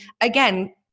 again